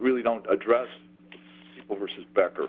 really don't address simple versus back or